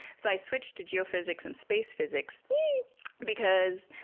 so i switched to geophysics and space physics because